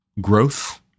growth